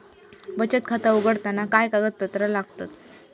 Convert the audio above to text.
बचत खाता उघडताना काय कागदपत्रा लागतत?